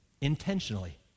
intentionally